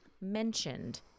mentioned